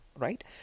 Right